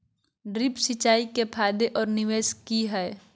Drip सिंचाई के फायदे और निवेस कि हैय?